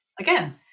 again